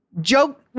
Joke